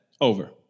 over